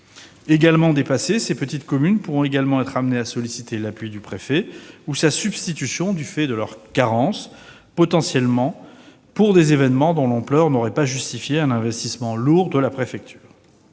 protection. Dépassées, ces petites communes pourraient également être amenées à solliciter l'appui du préfet ou sa substitution du fait de leur carence, pour des événements dont l'ampleur n'aurait potentiellement pas justifié un investissement lourd de la préfecture.